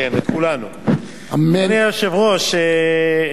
אדוני היושב-ראש,